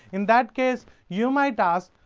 in that case, you might ask,